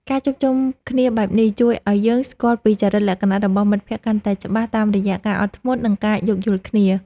ការជួបជុំគ្នាបែបនេះជួយឱ្យយើងស្គាល់ពីចរិតលក្ខណៈរបស់មិត្តភក្តិកាន់តែច្បាស់តាមរយៈការអត់ធ្មត់ និងការយោគយល់គ្នា។